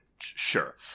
sure